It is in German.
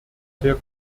der